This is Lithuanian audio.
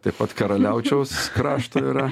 taip pat karaliaučiaus krašto yra